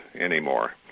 anymore